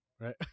right